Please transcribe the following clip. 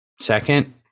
Second